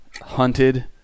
hunted